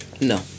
No